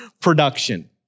Production